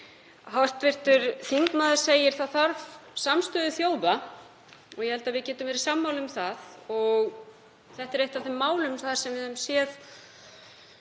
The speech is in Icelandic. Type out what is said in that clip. Hv. þingmaður segir: Það þarf samstöðu þjóða. Ég held að við getum verið sammála um það. Þetta er eitt af þeim málum þar sem við höfum séð